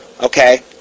okay